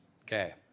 Okay